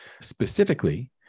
Specifically